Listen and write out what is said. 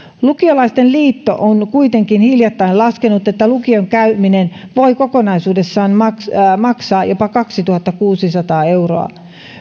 lukiolaisten liitto on kuitenkin hiljattain laskenut että lukion käyminen voi kokonaisuudessaan maksaa maksaa jopa kaksituhattakuusisataa euroa